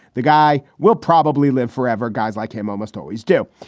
the guy will probably live forever. guys like him almost always do.